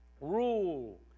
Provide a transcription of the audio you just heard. rule